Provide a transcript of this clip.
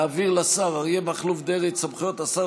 להעביר לשר אריה מכלוף דרעי את סמכויות השר